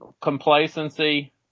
complacency